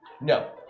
No